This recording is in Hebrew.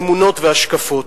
אמונות והשקפות